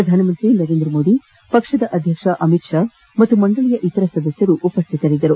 ಪ್ರಧಾನಮಂತ್ರಿ ನರೇಂದ್ರ ಮೋದಿ ಪಕ್ಷದ ಅಧ್ವಕ್ಷ ಅಮಿತ್ ಶಾ ಪಾಗೂ ಮಂಡಳಿಯ ಇತರ ಸದಸ್ಕರು ಉಪಸ್ಥಿತರಿದ್ದರು